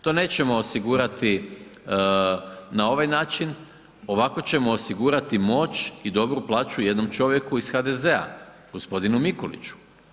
To nećemo osigurati na ovaj način, ovako ćemo osigurati moć i dobru plaću jednom čovjeku iz HDZ-a, g. Mikuliću.